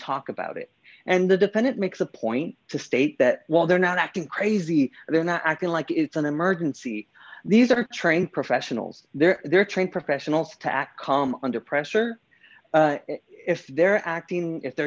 talk about it and the defendant makes a point to state that while they're not acting crazy they're not acting like it's an emergency these are trained professionals they're trained professionals to act calm under pressure if they're acting if they're